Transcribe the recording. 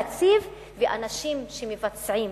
תקציב ואנשים שמבצעים